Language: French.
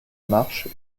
marche